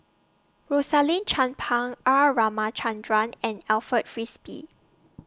Rosaline Chan Pang R Ramachandran and Alfred Frisby